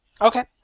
Okay